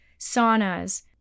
saunas